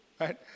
right